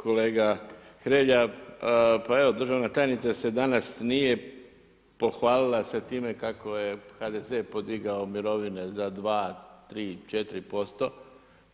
Kolega Hrelja pa evo državna tajnica se danas nije, pohvalila se time kako je HDZ podigao mirovine za 2, 3, 4%